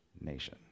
nation